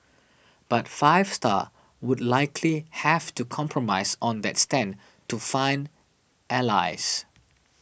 but Five Star would likely have to compromise on that stand to find allies